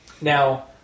Now